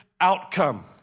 outcome